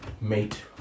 mate